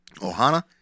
Ohana